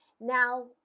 Now